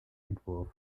entwurf